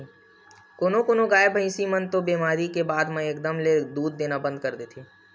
कोनो कोनो गाय, भइसी ह तो बेमारी के बाद म एकदम ले दूद देना बंद कर देथे